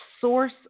source